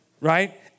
right